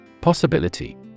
Possibility